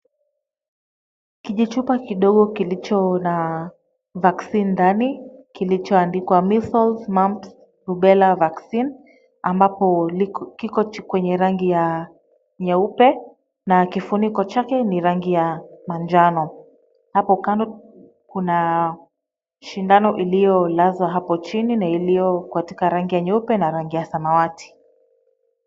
Kijichupa kidogo kilicho na vaccine ndani, kilichoandikwa missles, mumps, rubella vaccine. Ambapo kiko kwenye rangi ya nyeupe na kifuniko chake ni rangi ya manjano. Hapo kando kuna shindano iliyolazwa hapo chini na iliyo katika rangi ya nyeupe na rangi ya samawati.